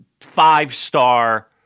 five-star